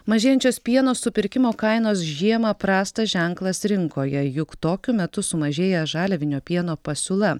mažėjančios pieno supirkimo kainos žiemą prastas ženklas rinkoje juk tokiu metu sumažėja žaliavinio pieno pasiūla